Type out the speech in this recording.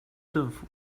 政府